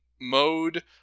mode